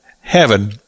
heaven